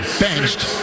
benched